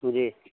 جی